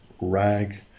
Rag